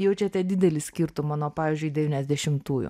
jaučiate didelį skirtumą nuo pavyzdžiui devyniasdešimtųjų